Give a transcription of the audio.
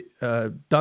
done